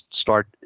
start